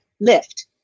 lift